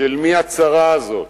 של מי הצרה הזאת?